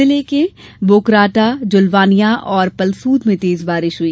जिले के बोकरटा जुलवानियां और पलसुद में तेज बारिश हुई